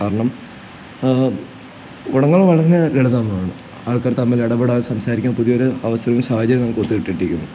കാരണം ഗുണങ്ങൾ വളരെ ലളിതമാണ് ആൾക്കാര് തമ്മിലിടപെടാതെ സംസാരിക്കാൻ പുതിയൊരു അവസരം സാഹചര്യം നമുക്കൊത്ത് കിട്ടേണ്ടിയിരിക്കുന്നു